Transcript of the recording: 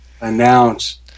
announce